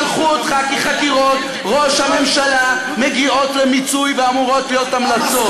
שלחו אותך כי חקירות ראש הממשלה מגיעות למיצוי ואמורות להיות המלצות.